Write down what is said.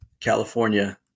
california